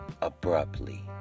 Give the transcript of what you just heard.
abruptly